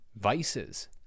vices